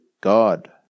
God